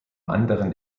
anderen